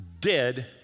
dead